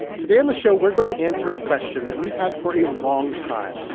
today on the show, we're going to answer a question that we've had for a long time.